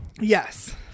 Yes